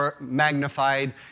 magnified